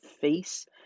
face